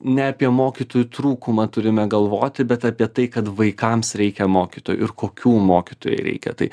ne apie mokytojų trūkumą turime galvoti bet apie tai kad vaikams reikia mokytojų ir kokių mokytojų reikia taip